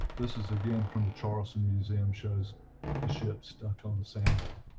this is again from the charleston museum shows the ship stuck on the sandbar.